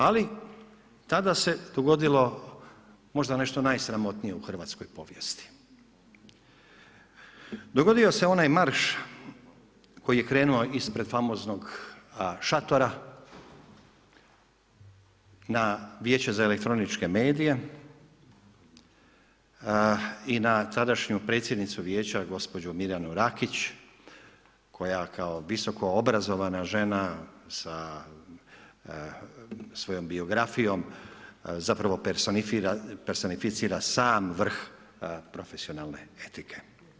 Ali, tada se dogodilo možda nešto najsramotnije u hrvatskoj povijesti, dogodio se onaj marš koji je krenuo ispred famoznog šatora, na Vijeće za elektroničke medije i na tadašnju predsjednicu vijeća, gospođu Mirjanu Rakić, koja kao visokoobrazovana žena sa svojom biografijom, zapravo personificira sam vrh profesionalne etike.